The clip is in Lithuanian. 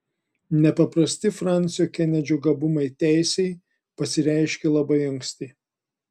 nepaprasti fransio kenedžio gabumai teisei pasireiškė labai anksti